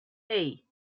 hey